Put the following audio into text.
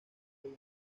una